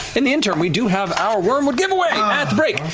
in the interim, we do have our wyrmwood giveaway, at the break.